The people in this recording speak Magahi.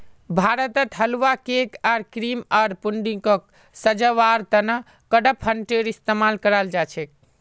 भारतत हलवा, केक आर क्रीम आर पुडिंगक सजव्वार त न कडपहनटेर इस्तमाल कराल जा छेक